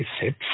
set